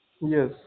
yes